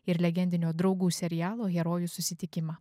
ir legendinio draugų serialo herojų susitikimą